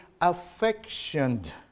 affectioned